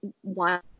one